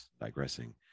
digressing